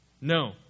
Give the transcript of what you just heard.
No